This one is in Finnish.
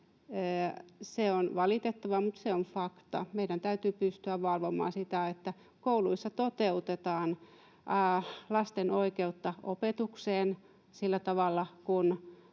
on valitettavaa, mutta se on fakta. Meidän täytyy pystyä valvomaan sitä, että kouluissa toteutetaan lasten oikeutta opetukseen sillä tavalla